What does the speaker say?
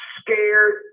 scared